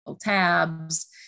tabs